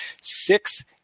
six